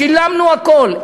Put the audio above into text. שילמנו הכול.